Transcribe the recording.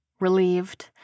Relieved